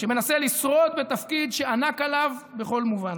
שמנסה לשרוד בתפקיד שענק עליו בכל מובן.